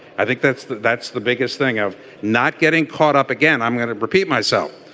i think that's that's the biggest thing of not getting caught up again. i'm going to repeat myself.